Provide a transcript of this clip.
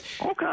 Okay